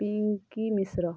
Pinki Mishra